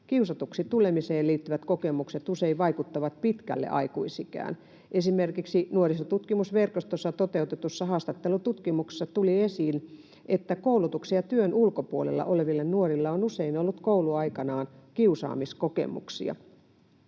Kiusatuksi tulemiseen liittyvät kokemukset usein vaikuttavat pitkälle aikuisikään. Esimerkiksi Nuorisotutkimusverkostossa toteutetussa haastattelututkimuksessa tuli esiin, että koulutuksen ja työn ulkopuolella olevilla nuorilla on usein ollut kouluaikanaan kiusaamiskokemuksia.